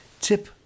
Tip